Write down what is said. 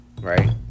right